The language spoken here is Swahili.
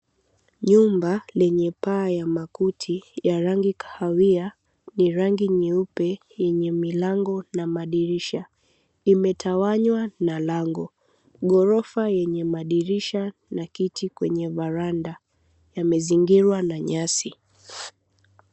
Nyumba lenye paa ya makuti ya rangi kahawia ni rangi nyeupe yenye milango na madirisha imetawanywa na lango gorofa lenye madirisha na kiti kwenye varanda yamezingirwa na nyasi.